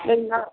ಇಲ್ಲ